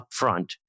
upfront